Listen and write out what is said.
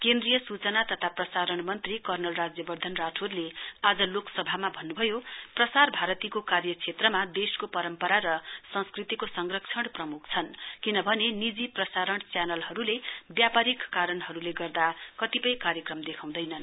केन्द्रीय सूचना तथा प्रसारण मन्त्री कर्नल राज्यवर्धन राठोरले आज लोकसभामा भन्नुभयो प्रसार भारतीको कार्यक्षेत्रमा देशको परम्परा र संस्कृतिको संरक्षण प्रमुक छन् किनभने निजी प्रसारण च्यानलहरूले व्यापारिक कारणहरूले गर्दा कतिपय कार्यक्रम देखाउँदैनन्